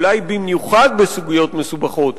ואולי במיוחד בסוגיות מסובכות,